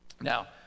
Now